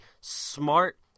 smart